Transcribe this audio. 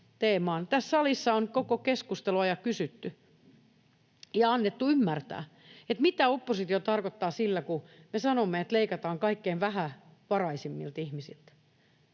Tässä salissa on koko keskustelun ajan kysytty ja annettu ymmärtää, mitä oppositio tarkoittaa sillä, kun me sanomme, että leikataan kaikkein vähävaraisimmilta ihmisiltä.